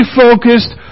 focused